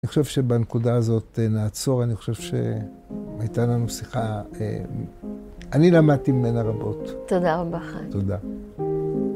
אני חושב שבנקודה הזאת נעצור, אני חושב שהייתה לנו שיחה, אני למדתי ממנה רבות. תודה רבה, חיים. תודה.